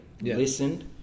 listened